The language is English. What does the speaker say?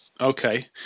Okay